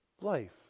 life